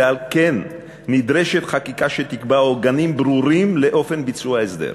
ועל כן נדרשת חקיקה שתקבע עוגנים ברורים לאופן ביצוע ההסדר,